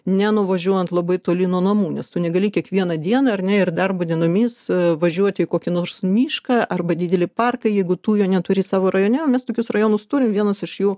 nenuvažiuojant labai toli nuo namų nes tu negali kiekvieną dieną ar ne ir darbo dienomis važiuoti į kokį nors mišką arba didelį parką jeigu tu jo neturi savo rajone o mes tokius rajonus turim vienas iš jų